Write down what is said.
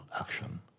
action